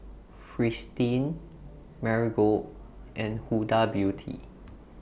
Fristine Marigold and Huda Beauty